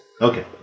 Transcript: Okay